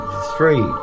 three